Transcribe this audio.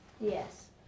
Yes